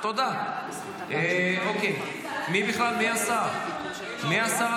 חברת הכנסת